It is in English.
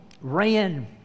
ran